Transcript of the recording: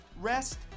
Rest